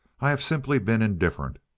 i have simply been indifferent.